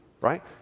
right